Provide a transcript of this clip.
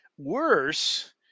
Worse